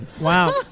Wow